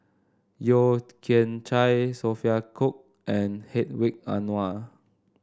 Yeo Kian Chai Sophia Cooke and Hedwig Anuar